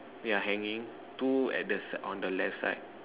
yeah hanging two at the side on the left side